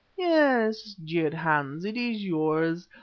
yes, jeered hans, it is yours.